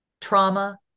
Trauma